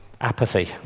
apathy